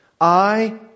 I